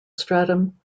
stratum